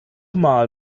mal